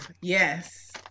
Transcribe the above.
Yes